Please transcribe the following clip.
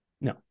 No